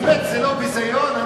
באמת, זה לא ביזיון?